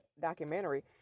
documentary